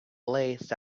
lace